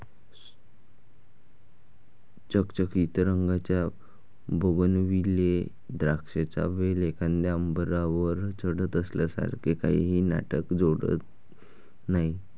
चकचकीत रंगाच्या बोगनविले द्राक्षांचा वेल एखाद्या आर्बरवर चढत असल्यासारखे काहीही नाटक जोडत नाही